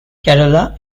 kerala